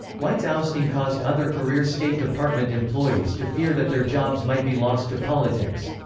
white's ousting caused other career state department employees to fear that their jobs might be lost to politics.